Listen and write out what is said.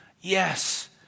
yes